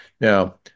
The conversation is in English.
Now